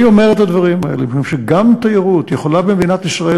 אני אומר את הדברים האלה משום שגם במדינת ישראל